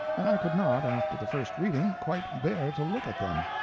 and i could not, after the first reading, quite bear to look at them.